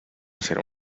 hacer